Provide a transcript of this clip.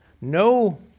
No